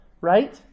right